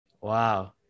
Wow